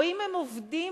או אם הם עובדים,